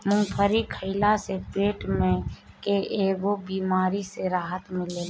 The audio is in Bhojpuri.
मूंगफली खइला से पेट के कईगो बेमारी से राहत मिलेला